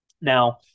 Now